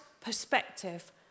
perspective